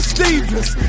Stevens